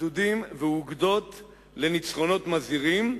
גדודים ואוגדות לניצחונות מזהירים,